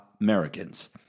Americans